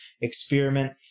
Experiment